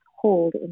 hold